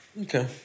Okay